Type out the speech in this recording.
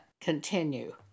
continue